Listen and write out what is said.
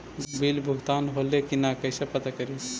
Bill भुगतान होले की न कैसे पता करी?